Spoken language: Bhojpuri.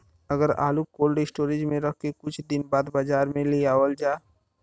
अगर आलू कोल्ड स्टोरेज में रख के कुछ दिन बाद बाजार में लियावल जा?